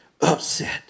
upset